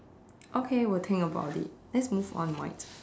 okay will think about it let's move on mate